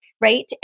Right